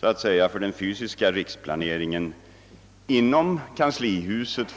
för den fysiska riksplaneringen inom kanslihuset.